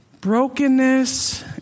brokenness